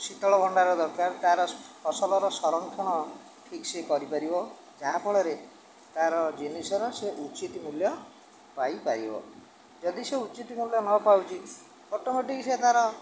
ଶୀତଳ ଭଣ୍ଡାର ଦରକାର ତା'ର ଫସଲର ସଂରକ୍ଷଣ ଠିକ୍ ସେ କରିପାରିବ ଯାହାଫଳରେ ତା'ର ଜିନିଷର ସେ ଉଚିତ ମୂଲ୍ୟ ପାଇପାରିବ ଯଦି ସେ ଉଚିତ ମୂଲ୍ୟ ନପାଉଛି ଅଟୋମେଟିକ୍ ସେ ତା'ର